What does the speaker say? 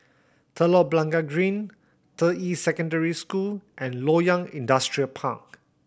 Telok Blangah Green Deyi Secondary School and Loyang Industrial Park